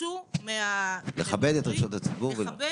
שביקשו לכבד ולא להביא חמץ.